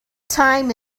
time